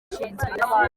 ushinzwe